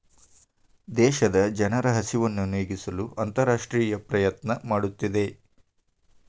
ದೇಶದ ಜನರ ಹಸಿವನ್ನು ನೇಗಿಸಲು ಅಂತರರಾಷ್ಟ್ರೇಯ ಪ್ರಯತ್ನ ಮಾಡುತ್ತಿದೆ